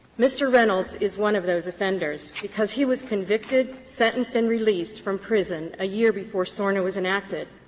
mr. reynolds is one of those offenders because he was convicted, sentenced and released from prison a year before sorna was enacted.